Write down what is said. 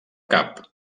cap